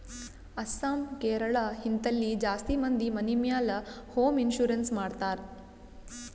ಅಸ್ಸಾಂ, ಕೇರಳ, ಹಿಂತಲ್ಲಿ ಜಾಸ್ತಿ ಮಂದಿ ಮನಿ ಮ್ಯಾಲ ಹೋಂ ಇನ್ಸೂರೆನ್ಸ್ ಮಾಡ್ತಾರ್